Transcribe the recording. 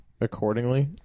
accordingly